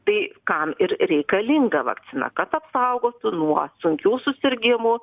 tai kam ir reikalinga vakcina kad apsaugotų nuo sunkių susirgimų